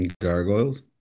gargoyles